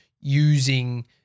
using